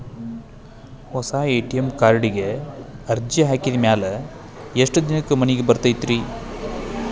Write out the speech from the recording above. ಹೊಸಾ ಎ.ಟಿ.ಎಂ ಕಾರ್ಡಿಗೆ ಅರ್ಜಿ ಹಾಕಿದ್ ಮ್ಯಾಲೆ ಎಷ್ಟ ದಿನಕ್ಕ್ ಮನಿಗೆ ಬರತೈತ್ರಿ?